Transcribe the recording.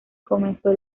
comenzó